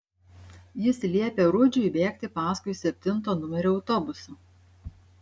jis liepė rudžiui bėgti paskui septinto numerio autobusą